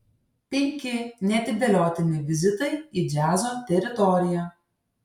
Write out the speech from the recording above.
penki neatidėliotini vizitai į džiazo teritoriją